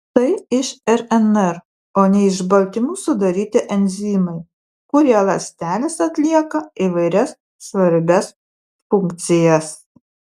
tai iš rnr o ne iš baltymų sudaryti enzimai kurie ląstelėse atlieka įvairias svarbias funkcijas